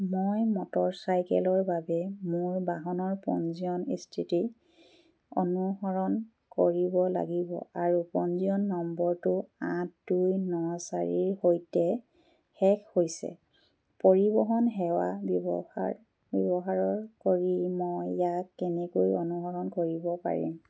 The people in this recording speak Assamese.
মই মটৰচাইকেলৰ বাবে মোৰ বাহনৰ পঞ্জীয়ন স্থিতি অনুসৰণ কৰিব লাগিব আৰু পঞ্জীয়ন নম্বৰটো আঠ দুই ন চাৰিৰ সৈতে শেষ হৈছে পৰিবহণ সেৱা ব্যৱহাৰ ব্যৱহাৰৰ কৰি মই ইয়াক কেনেকৈ অনুসৰণ কৰিব পাৰিম